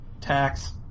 tax